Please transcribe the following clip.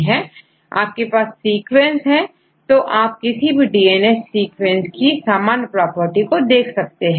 आपके पास सीक्वेंस है तो आप किसी भी डीएनए सीक्वेंस की सामान्य प्रॉपर्टी को देख सकते हो